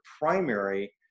primary